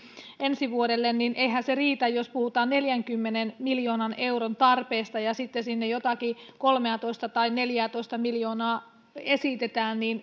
ensi vuodelle niin eihän se riitä jos puhutaan neljänkymmenen miljoonan euron tarpeesta ja sitten sinne jotakin kolmeatoista tai neljäätoista miljoonaa esitetään